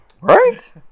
Right